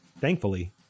Thankfully